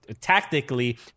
tactically